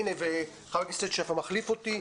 חבר הכנסת שפע מחליף אותי,